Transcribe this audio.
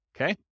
Okay